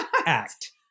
act